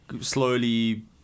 slowly